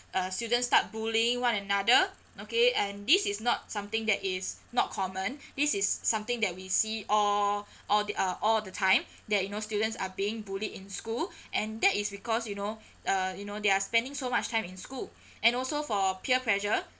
uh student start bullying one another okay and this is not something that is not common this is something that we see all all the uh all the time that you know students are being bullied in school and that is because you know uh you know they are spending so much time in school and also for peer pressure